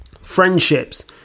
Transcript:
Friendships